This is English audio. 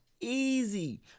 easy